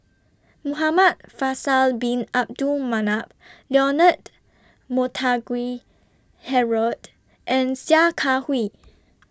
Muhamad Faisal Bin Abdul Manap Leonard Montague Harrod and Sia Kah Hui